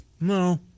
No